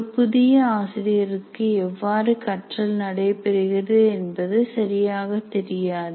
ஒரு புதிய ஆசிரியருக்கு எவ்வாறு கற்றல் நடைபெறுகிறது என்பது சரியாக தெரியாது